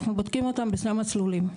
אנחנו בודקים אותם בכמה מסלולים.